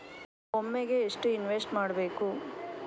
ಒಮ್ಮೆಗೆ ಎಷ್ಟು ಇನ್ವೆಸ್ಟ್ ಮಾಡ್ಬೊದು?